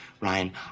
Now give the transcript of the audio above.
Ryan